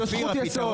זאת זכות יסוד.